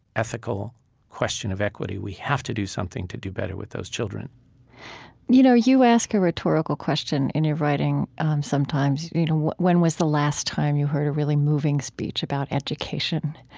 ethical question of equity. we have to do something to do better with those children you know you ask a rhetorical question in your writing sometimes you know when was the last time you heard a really moving speech about education?